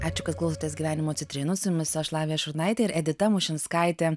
ačiū kad klausotės gyvenimo citrinos su jumis aš lavija šurnaitė ir edita mušinskaitė